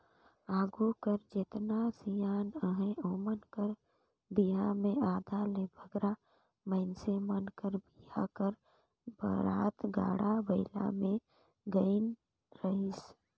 आघु कर जेतना सियान अहे ओमन कर बिहा मे आधा ले बगरा मइनसे मन कर बिहा कर बरात गाड़ा बइला मे गए रहिस